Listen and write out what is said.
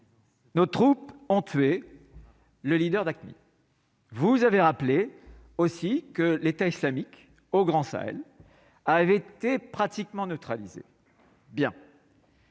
Nos troupes ont tué le leader d'Aqmi. Vous avez rappelé aussi que l'État islamique au Grand ça, elle avait été pratiquement neutralisé.